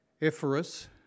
Ephorus